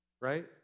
right